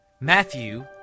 Matthew